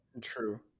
true